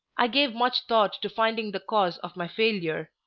i gave much thought to finding the cause of my failure,